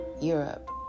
Europe